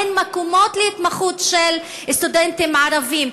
אין מקומות להתמחות של סטודנטים ערבים.